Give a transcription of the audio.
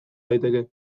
daiteke